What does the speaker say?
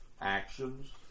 actions